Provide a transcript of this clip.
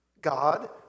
God